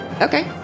Okay